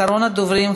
אחרון הדוברים,